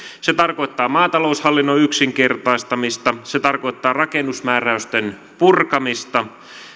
se tarkoittaa maataloushallinnon yksinkertaistamista se tarkoittaa rakennusmääräysten purkamista